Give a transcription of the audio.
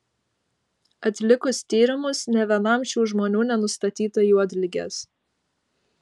atlikus tyrimus nė vienam šių žmonių nenustatyta juodligės